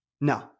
no